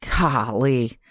Golly